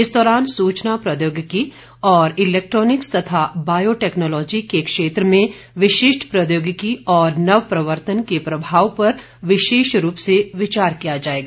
इस दौरान सूचना प्रोद्यौगिकी और इलेक्ट्रॉनिक्स तथा बायो टेक्नॉलाजी के क्षेत्रों में विशिष्ठ प्रोद्यौगिकी और नवप्रवर्तन के प्रभाव पर विशेष रूप से विचार किया जायेगा